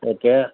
okay